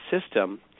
system